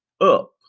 up